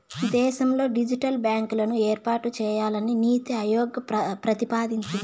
దేశంలో డిజిటల్ బ్యాంకులను ఏర్పాటు చేయాలని నీతి ఆయోగ్ ప్రతిపాదించింది